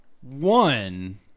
One